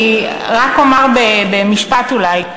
אני רק אומר משפט אולי.